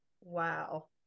Wow